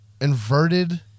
inverted